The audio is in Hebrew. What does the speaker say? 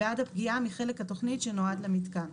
בעד הפגיעה מחלק התוכנית שנועד למיתקן.